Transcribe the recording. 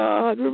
God